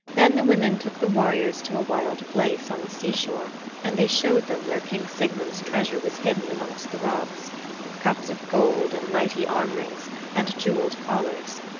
then the women took the warriors to a wild place on the seashore and they showed them where king sigmund's treasure was hidden amongst the rocks cups of gold and mighty armrings and jeweled collars.